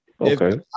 Okay